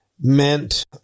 meant